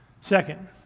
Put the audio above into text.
Second